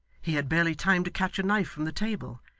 he had barely time to catch a knife from the table,